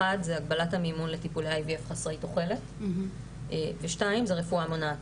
1. הגבלת המימון לטיפולי IVF חסרי תוחלת 2. רפואה מונעת,